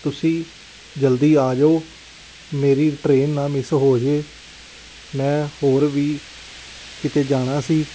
ਤੁਸੀਂ ਜਲਦੀ ਆ ਜਾਓ ਮੇਰੀ ਟਰੇਨ ਨਾ ਮਿਸ ਹੋ ਜਾਵੇ ਮੈਂ ਹੋਰ ਵੀ ਕਿਤੇ ਜਾਣਾ ਸੀ